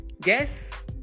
guess